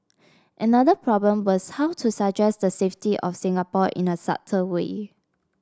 another problem was how to suggest the safety of Singapore in a subtle way